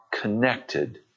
connected